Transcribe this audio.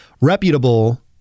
reputable